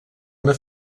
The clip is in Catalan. una